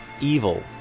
evil